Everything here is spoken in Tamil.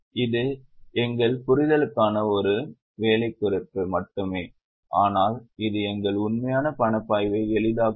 இது எங்கள் புரிதலுக்கான ஒரு குறிப்பு மட்டுமே ஆனால் இது எங்கள் உண்மையான பணப்பாய்வை எளிதாக்கும்